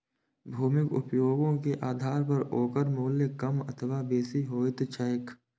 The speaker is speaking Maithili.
भूमिक उपयोगे के आधार पर ओकर मूल्य कम अथवा बेसी होइत छैक